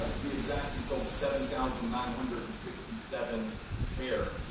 to be exact, we sold seven thousand nine hundred and sixty seven pair.